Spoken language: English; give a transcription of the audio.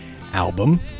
album